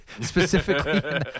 specifically